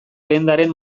agendaren